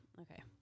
Okay